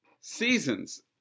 seasons